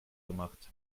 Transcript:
gemacht